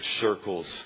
circles